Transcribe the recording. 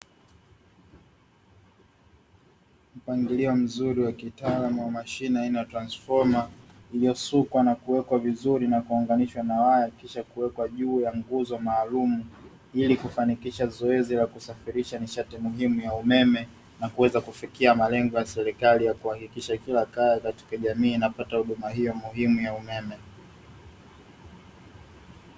Mpangilio wa kitaalamu wa mashine aina ya transifoma uliosukwa na kuwekwa nyaya na kisha kuwekwa juu ya nguzo maalumu ili kufanikisha zoezi la kusafirisha nishati ya umeme kuweza kufikia malengo ya serikali kuhakikisha kila kaya katika jamii inapata huduma hiyo ya umeme.